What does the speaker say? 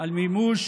על מימוש